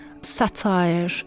satire